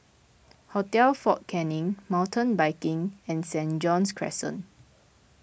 Hotel fort Canning Mountain Biking and St John's Crescent